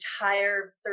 entire